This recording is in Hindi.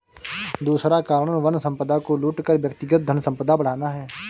दूसरा कारण वन संपदा को लूट कर व्यक्तिगत धनसंपदा बढ़ाना है